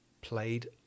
played